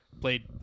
played